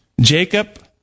Jacob